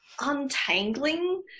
untangling